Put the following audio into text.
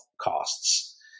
costs